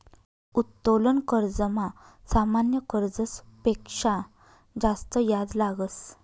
उत्तोलन कर्जमा सामान्य कर्जस पेक्शा जास्त याज लागस